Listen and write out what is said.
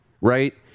right